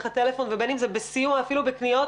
הטלפון ובין אם זה בסיוע אפילו בקניות,